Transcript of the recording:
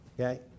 Okay